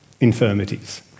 infirmities